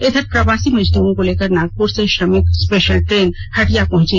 इधर प्रवासी मजदूरों को लेकर नागपूर से श्रमिक स्पेषटल ट्रेन हटिया पहुंची